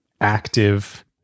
active